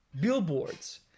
Billboards